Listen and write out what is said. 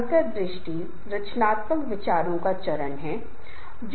अगर आप थोड़ा सोचेंगे तो जीवन में अर्थ आ जाएगा